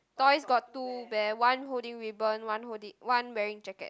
toys got two bear one holding ribbon one holding one wearing jacket